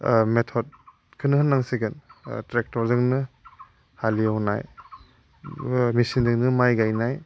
मेथदखौनो होननांसिगोन ट्रेक्ट'रजोंनो हालेवनाय मेसिनजोंनो माइ गायनाय